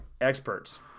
experts